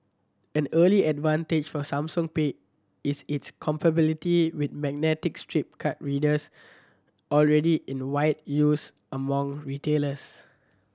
and early advantage for Samsung Pay is its compatibility with magnetic stripe card readers already in wide use among retailers